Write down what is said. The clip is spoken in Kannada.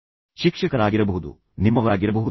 ಅದು ನಿಮ್ಮ ಪೋಷಕರು ಆಗಿರಬಹುದು ಯಾರಾದರೂ ಆಗಿರಬಹುದು